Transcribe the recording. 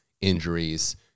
injuries